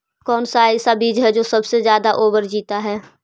कौन सा ऐसा बीज है की सबसे ज्यादा ओवर जीता है?